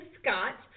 Scott